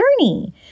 journey